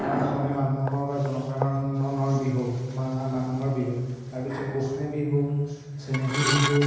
অসমীয়া মানুহৰ বা জনসাধাৰণৰ বিহু মানুহৰ বিহু তাৰপিছত গোঁসাই বিহু চেনেহী বিহু